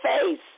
face